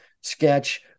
sketch